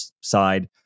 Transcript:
side